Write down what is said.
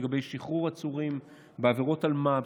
לגבי שחרור עצורים בעבירות אלמ"ב,